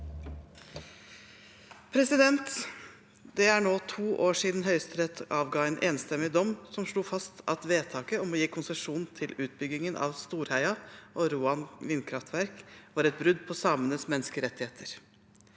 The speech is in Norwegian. «Det er nå to år siden Høyesterett avsa en enstemmig dom som slo fast at vedtaket om å gi konsesjon til utbyggingen av Storheia og Roan vindkraftverk var et brudd på samenes menneskerettigheter.